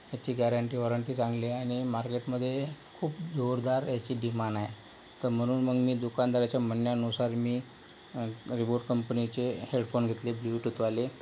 ह्याची guarantee warranty चांगली आहे आणि मार्केटमध्ये खूप जोरदार याची डिमान आहे तर म्हणून मग मी दुकानदाराच्या म्हणण्यानुसार मी रिबोट कंपनीचे हेडफोन घेतले ब्ल्युटूथवाले